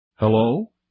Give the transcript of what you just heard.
Hello